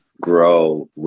grow